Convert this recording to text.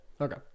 okay